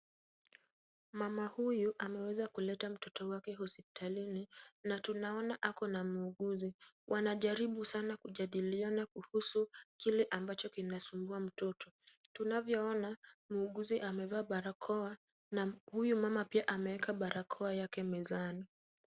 Mama huyu ameweza kuleta mtoto wake hospitalini na tunaona ako na muuguzi. Wanajaribu sana kujadiliana kuhusu kile ambacho kinasumbua mtoto. Tunavyoona, muuguzi amevaa barakoa na huyu mama pia ameweka barakoa yake mezani.